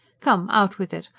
come. out with it!